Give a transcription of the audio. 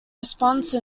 response